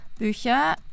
Bücher